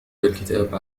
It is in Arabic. الكتاب